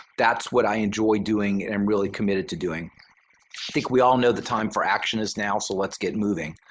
that's what i enjoy doing and really committed to doing. i think we all know the time for action is now, so let's get moving.